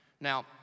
Now